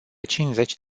cincizeci